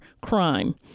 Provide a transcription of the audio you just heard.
crime